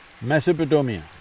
Mesopotamia